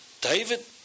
David